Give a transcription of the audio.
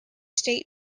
state